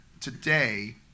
today